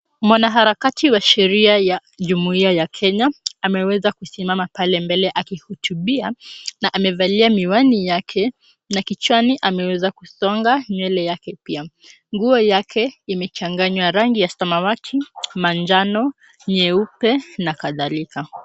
Mwanaharakati wa sheria ya jumuiya ya Kenya ameweza kusimama pale mbele akihutubia na amevalia miwani yake na kichwani ameweza kusonga nywele yake pia. Nguo yake imechanganywa rangi ya samawati, manjano, nyeupe na kadhalika.